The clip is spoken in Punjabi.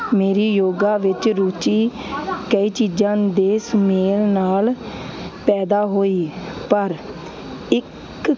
ਮੇਰੀ ਯੋਗਾ ਵਿੱਚ ਰੁਚੀ ਕਈ ਚੀਜ਼ਾਂ ਦੇ ਸੁਮੇਲ ਨਾਲ ਪੈਦਾ ਹੋਈ ਪਰ ਇੱਕ